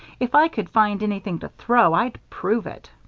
if i could find anything to throw i'd prove it.